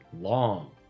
long